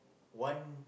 one